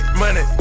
money